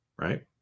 right